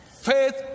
faith